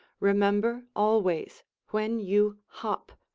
remember always, when you hop,